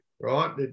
right